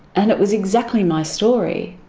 and it was exactly my story.